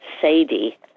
Sadie